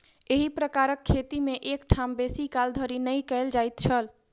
एही प्रकारक खेती मे एक ठाम बेसी काल धरि खेती नै कयल जाइत छल